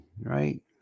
right